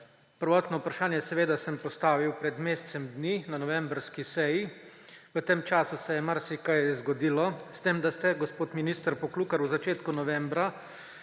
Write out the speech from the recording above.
Prvotno vprašanje sem postavil pred mesecem dni na novembrski seji. V tem času se je marsikaj zgodilo, s tem da ste, gospod minister Poklukar, v začetku novembra